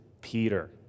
Peter